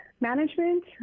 management